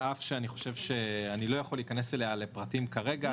אל אף שאני חושב שאני לא יכול להיכנס אליה לפרטים כרגע,